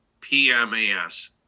PMAS